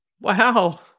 Wow